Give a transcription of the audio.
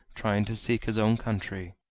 trying to seek his own country.